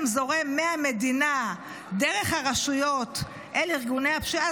זורם מהמדינה דרך הרשויות אל ארגוני הפשיעה,